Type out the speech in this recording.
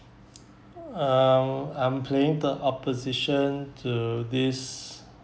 um I'm playing the opposition to this